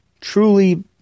truly –